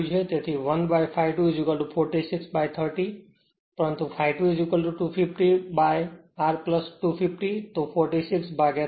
તેથી 1 by ∅ 2 46 by 30 પરંતુ ∅ 2 250 by R 250 છે તો 46 ભાગ્યા 30